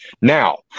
Now